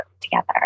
together